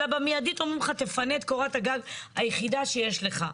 אלא במיידית אומרים לך תפנה את קורת הגג היחידה שיש לך.